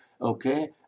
okay